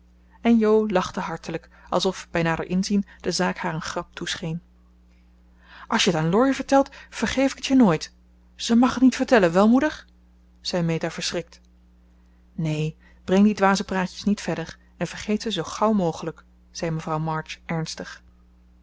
en jo lachte hartelijk alsof bij nader inzien de zaak haar een grap toescheen als je t aan laurie vertelt vergeef ik t je nooit ze mag het niet vertellen wel moeder zei meta verschrikt neen breng die dwaze praatjes niet verder en vergeet ze zoo gauw mogelijk zei mevrouw march ernstig